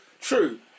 True